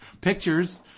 pictures